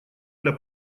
для